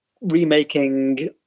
remaking